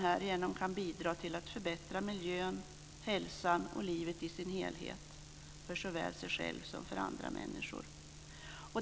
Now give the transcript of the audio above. Härigenom kan man bidra till att förbättra miljö, hälsa och livet i dess helhet för såväl sig själv som för andra människor.